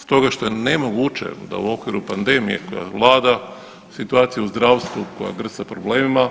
Stoga što je nemoguće da u okviru pandemije koja vlada situacija u zdravstvu koja grca u problemima